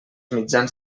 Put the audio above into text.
mitjans